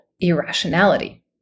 irrationality